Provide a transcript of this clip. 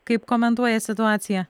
kaip komentuoja situaciją